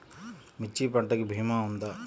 మిర్చి పంటకి భీమా ఉందా?